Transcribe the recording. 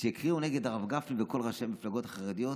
נגד הרב גפני וכל ראשי המפלגות החרדיות,